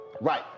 right